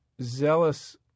zealous